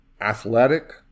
athletic